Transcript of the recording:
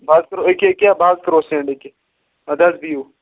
بہٕ حظ کرو یہِ کیٛاہ یہِ کیٛاہ بہٕ حظ کَرو سینٛڈ یہِ کیٛاہ اَدٕ حظ بِہِو